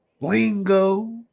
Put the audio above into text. lingo